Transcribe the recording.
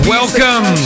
Welcome